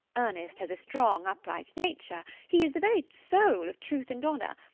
ernest has a strong upright nature. he is the very soul of truth and honour.